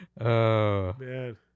Man